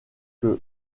que